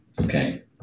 okay